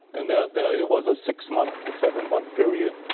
and it was a six month, seven month period,